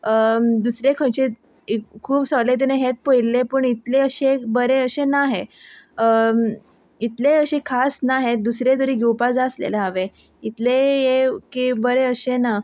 दुसरें खंयचेंय खूब सगलें हें पयलें पूण इतलें अशें बरें अशें ना हें इतलें अशें खास ना हें दुसरें तरी घेवपा जाय आसलेलें हांवें इतलेंय हें की बरें अशें ना